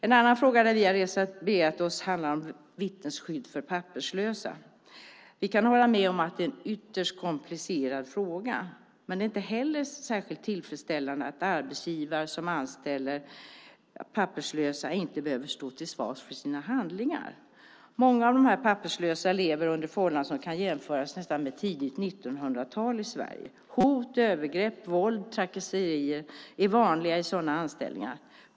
En annan fråga där vi har reserverat oss gäller vittnesskydd för papperslösa. Vi kan hålla med om att det är en ytterst komplicerad fråga. Det är heller inte särskilt tillfredsställande att arbetsgivare som anställer papperslösa inte behöver stå till svars för sina handlingar. Många av dessa papperslösa lever under förhållanden som nästan kan jämföras med dem under tidigt 1900-tal i Sverige. Det handlar om hot, våld och trakasserier som är vanliga vid sådana anställningar.